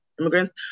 immigrants